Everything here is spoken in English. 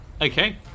Okay